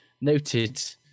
noted